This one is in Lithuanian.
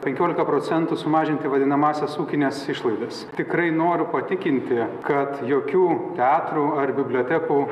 penkiolika procentų sumažinti vadinamąsias ūkines išlaidas tikrai noriu patikinti kad jokių teatrų ar bibliotekų